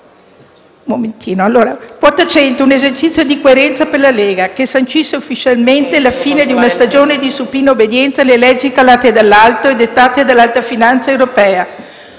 Quota 100 è un esercizio di coerenza per la Lega, che sancisce ufficialmente la fine di una stagione di supina obbedienza alle leggi calate dall'alto e dettate dall'alta finanza europea